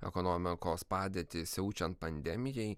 ekonomikos padėtį siaučiant pandemijai